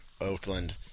Oakland